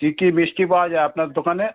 কী কী মিষ্টি পাওয়া যায় আপনার দোকানে